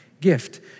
gift